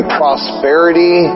prosperity